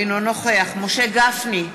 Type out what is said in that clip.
אינו נוכח משה גפני,